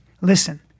listen